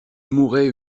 mourait